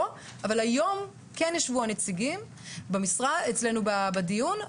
אבל היום כן ישבו הנציגים אצלנו בדיון,